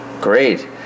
Great